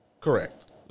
Correct